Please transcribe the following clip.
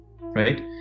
right